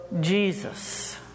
Jesus